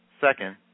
second